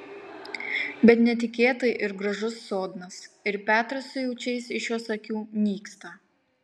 bet netikėtai ir gražus sodnas ir petras su jaučiais iš jos akių nyksta